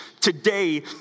today